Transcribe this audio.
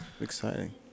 exciting